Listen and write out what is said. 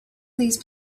these